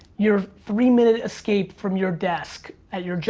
your three minute escape from your desk at your job,